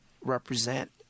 represent